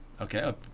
Okay